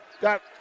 Got